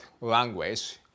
language